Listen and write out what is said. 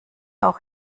auch